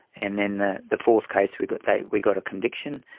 and then the the fourth case we got a we got a conviction.